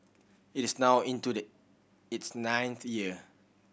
it is now into the its ninth year